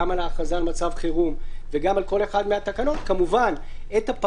גם על ההכרזה על מצב חירום וגם על כל אחת מהתקנות כמובן